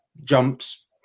jumps